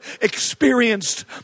experienced